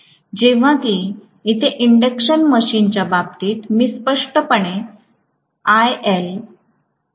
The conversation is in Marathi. Whereas in the case of induction machine